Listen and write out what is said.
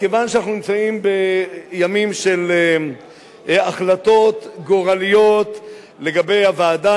כיוון שאנחנו נמצאים בימים של החלטות גורליות לגבי הוועדה,